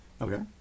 Okay